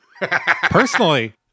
Personally